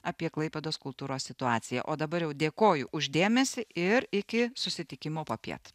apie klaipėdos kultūros situaciją o dabar jau dėkoju už dėmesį ir iki susitikimo popiet